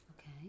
okay